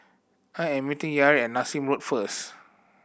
I am meeting Yair at Nassim Road first